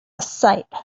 sight